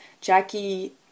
Jackie